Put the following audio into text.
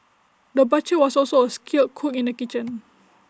the butcher was also A skilled cook in the kitchen